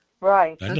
Right